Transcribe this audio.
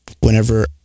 whenever